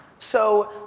so,